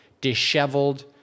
disheveled